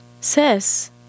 sis